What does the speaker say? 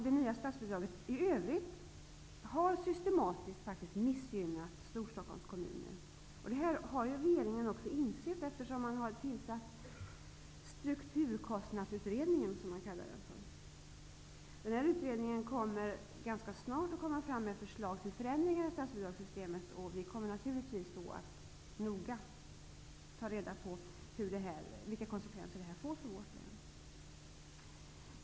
Det nya statsbidragssystemet har faktiskt i övrigt systematiskt missgynnat Storstockholms kommuner. Detta har regeringen också insett eftersom man har tillsatt strukturkostnadsutredningen, som man kallar den. Utredningen kommer ganska snart att presentera ett förslag till förändringar av statsbidragssystemet. Vi kommer då naturligtvis att noga ta reda på vilka konsekvenser detta får för vårt län.